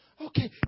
Okay